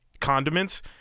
Condiments